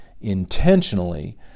intentionally